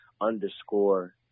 underscore